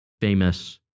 famous